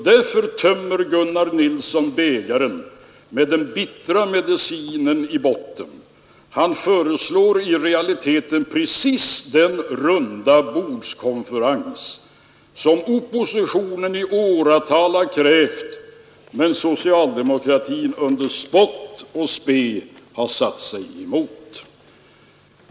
”Därför tömmer Gunnar Nilsson bägaren med den bittra medicinen i botten: det han föreslår är i realiteten precis den rundabordskonferens som oppositionen i åratal krävt” men som socialdemokratin med spott och spe har satt sig emot.